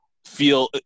feel